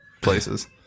places